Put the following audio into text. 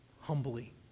humbly